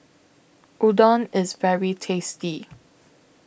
Udon IS very tasty